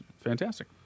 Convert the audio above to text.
fantastic